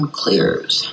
clears